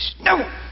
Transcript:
No